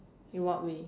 in what way